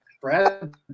Brad